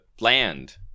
land